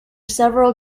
several